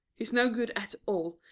he's no good at all.